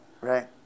right